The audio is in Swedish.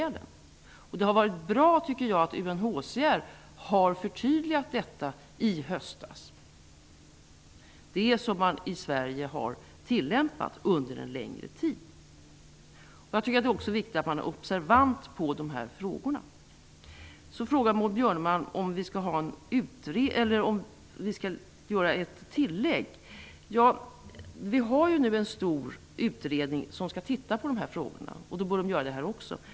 Jag tycker att det har varit bra att UNHCR i höstas förtydligade detta, som man i Sverige har tillämpat under en längre tid. Jag tycker också att det är viktigt att man är observant på dessa frågor. Maud Björnemalm frågade också om vi skall göra ett tillägg till utlänningslagen. Vi har ju nu en stor utredning som skall studera dessa frågor, och den bör ta upp också detta.